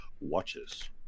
watches